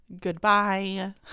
goodbye